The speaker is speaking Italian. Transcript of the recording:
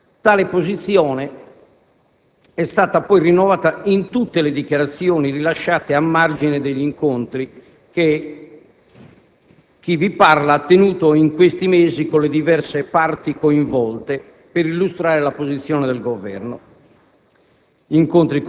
Tale posizione è stata poi rinnovata in tutte le dichiarazioni rilasciate a margine degli incontri che chi vi parla ha tenuto in questi mesi con le diverse parti coinvolte per illustrare la posizione del Governo: